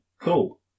cool